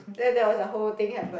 then there was the whole thing happen